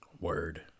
Word